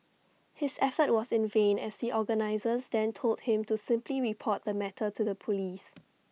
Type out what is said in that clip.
his effort was in vain as the organisers then told him to simply report the matter to the Police